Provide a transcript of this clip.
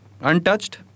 untouched